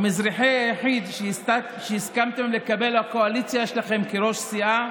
המזרחי היחיד שהסכמתם לקבל לקואליציה שלכם כראש סיעה,